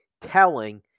telling